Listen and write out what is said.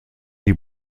die